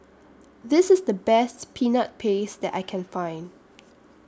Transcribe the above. This IS The Best Peanut Paste that I Can Find